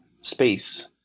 space